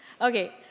okay